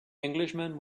englishman